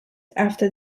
after